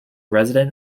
resident